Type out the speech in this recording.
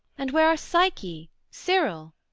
and where are psyche, cyril?